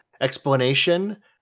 explanation